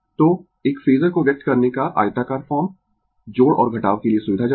तो एक फेजर को व्यक्त करने का आयताकार फॉर्म जोड़ और घटाव के लिए सुविधाजनक है